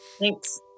Thanks